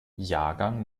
jahrgang